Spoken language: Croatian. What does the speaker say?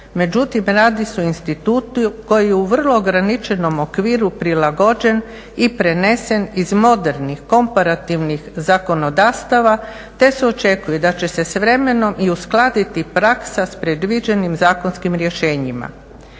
međutim radi se o institutu koji je u vrlo ograničenom okviru prilagođen i prenesen iz modernih, komparativnih zakonodavstava te se očekuje da će se s vremenom i uskladiti praksa sa predviđenim zakonskim rješenjima.